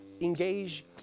engage